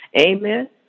Amen